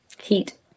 Heat